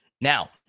Now